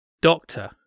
doctor